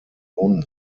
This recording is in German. union